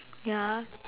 ya